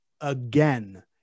again